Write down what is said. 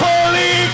Holy